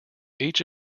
each